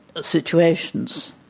situations